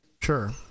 Sure